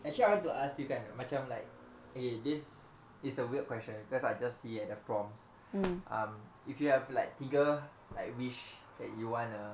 actually I want to ask you kan macam like K this is a weird question because I just see at the prompts um if you have like tiga like wish that you wanna wanna